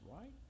right